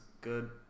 good